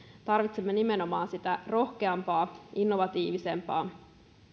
tarvitsemme nimenomaan sitä rohkeampaa innovatiivisempaa